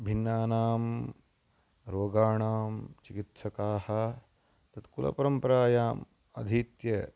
भिन्नानां रोगाणां चिकित्सकाः तत्कुलपरम्परायाम् अधीत्य